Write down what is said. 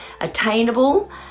attainable